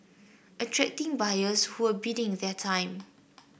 attracting buyers who were biding their time